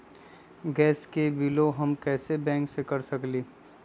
Gas के बिलों हम बैंक से कैसे कर सकली?